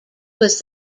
was